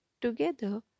Together